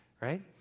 right